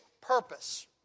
purpose